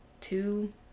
two